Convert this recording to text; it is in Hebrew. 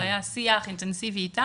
זה היה שיח אינטנסיבי אתם.